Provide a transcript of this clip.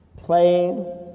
playing